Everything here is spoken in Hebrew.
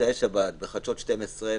במוצאי שבת בחדשות 12,